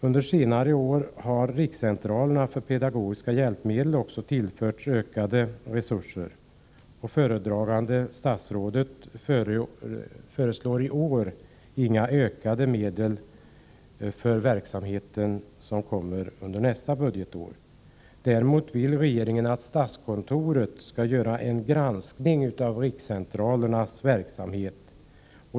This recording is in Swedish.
Under senare år har rikscentralerna för pedagogiska hjälpmedel tillförts ökade resurser. Föredragande statsrådet föreslår inga ökade medel för denna verksamhet för kommande budgetår. Däremot vill regeringen att statskontoret skall göra en granskning av rikscentralernas verksamhet.